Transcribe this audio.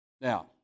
Now